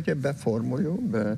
čia be formulių be